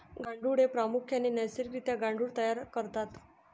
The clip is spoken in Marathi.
गांडुळे प्रामुख्याने नैसर्गिक रित्या गांडुळ खत तयार करतात